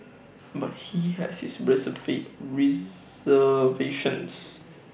but he has his reservations